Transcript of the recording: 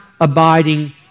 abiding